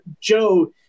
Joe